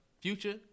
Future